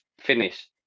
finish